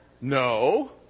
No